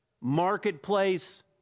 marketplace